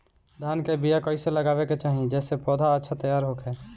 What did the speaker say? धान के बीया कइसे लगावे के चाही जेसे पौधा अच्छा तैयार होखे?